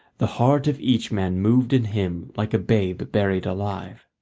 the heart of each man moved in him like a babe buried alive.